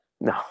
no